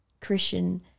Christian